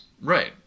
Right